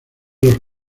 los